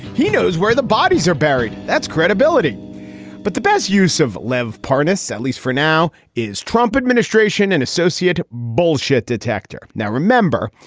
he knows where the bodies are buried. that's credibility but the best use of live parness, at least for now, is trump administration and associate bullshit detector. now, remember,